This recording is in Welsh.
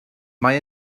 mae